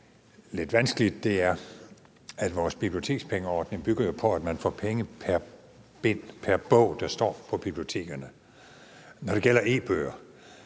lidt vanskeligt, er, at vores bibliotekspengeordning jo bygger på, at man får penge pr. bog, der står på bibliotekerne. Når det gælder e-bøger,